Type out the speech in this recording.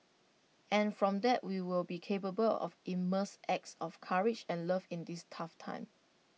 and from that we will be capable of immense acts of courage and love in this tough time